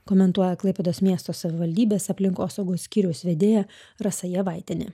komentuoja klaipėdos miesto savivaldybės aplinkosaugos skyriaus vedėja rasa jievaitienė